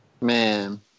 Man